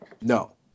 No